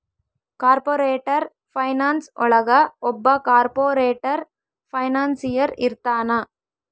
corporate finance ಒಳಗ ಒಬ್ಬ corporate financier ಇರ್ತಾನ